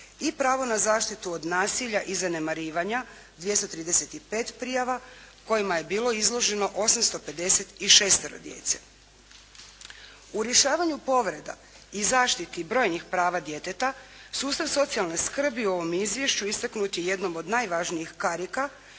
I pravo na zaštitu od nasilja i zanemarivanja 235 prijava kojima je bilo izloženo 856 djece. U rješavanju povreda i zaštiti brojnih prava djeteta, sustav socijalne skrbi u ovom izvješću istaknut je jednim od najvažnijih karika,